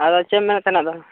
ᱟᱫᱚ ᱪᱮᱫ ᱮᱢ ᱢᱮᱱᱮᱫ ᱛᱟᱦᱮᱱᱟ ᱟᱫᱚ